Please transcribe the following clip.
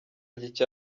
gifite